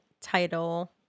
title